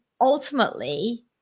ultimately